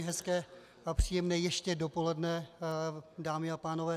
Hezké a příjemné ještě dopoledne, dámy a pánové.